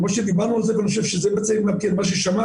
כמו שדיברנו על זה ואני חושב ש- -- מה ששמעת,